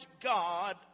God